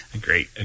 great